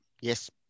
Yes